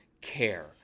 care